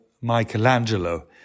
Michelangelo